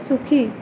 সুখী